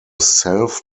self